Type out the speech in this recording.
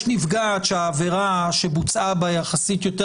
יש נפגעת שהעבירה שבוצעה בה יחסית יותר